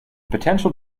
potential